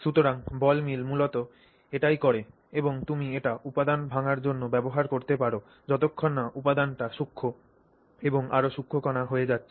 সুতরাং ball mill মূলত এটিই করে এবং তুমি এটি উপাদান ভাঙ্গার জন্য ব্যবহার করতে পার যতক্ষণ না উপাদানটি সূক্ষ্ম এবং আরও সূক্ষ্ম কণা হয়ে যাচ্ছে